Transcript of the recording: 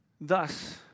Thus